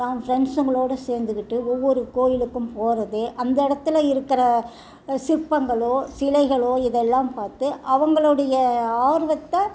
தான் ஃப்ரெண்ட்ஸ்ஸுங்களோட சேர்ந்துக்கிட்டு ஒவ்வொரு கோயிலுக்கும் போகிறது அந்த இடத்துல இருக்கிற சிற்பங்களோ சிலைகளோ இதெல்லாம் பார்த்து அவங்களுடைய ஆர்வத்தை